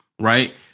Right